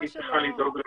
היא צריכה לדאוג.